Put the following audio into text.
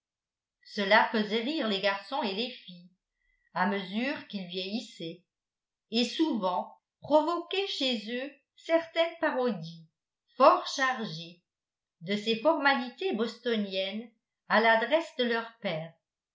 cela faisait rire les garçons et les filles à mesure qu'ils vieillissaient et souvent provoquait chez eux certaines parodies fort chargées de ces formalités bostoniennes à l'adresse de leur père